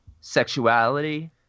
sexuality